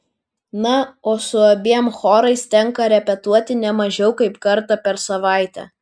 na o su abiem chorais tenka repetuoti ne mažiau kaip kartą per savaitę